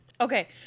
Okay